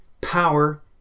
power